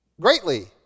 Greatly